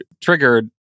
triggered